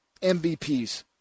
MVPs